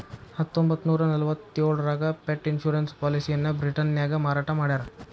ಹತ್ತೊಂಬತ್ತನೂರ ನಲವತ್ತ್ಯೋಳರಾಗ pet insurance ಪಾಲಿಸಿಯನ್ನ ಬ್ರಿಟನ್ನ್ಯಾಗ ಮಾರಾಟ ಮಾಡ್ಯಾರ